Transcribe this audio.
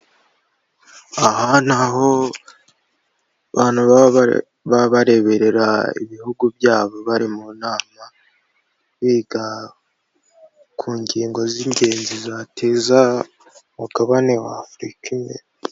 Aha ni aho abantu baba bare, baba bareberera ibihugu byabo bari mu nama biga ku ngingo z'ingenzi zateza umugabane wa Afurika imbere.